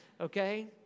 Okay